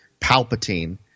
Palpatine